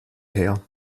her